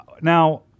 now